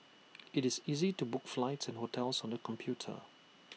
IT is easy to book flights and hotels on the computer